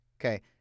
Okay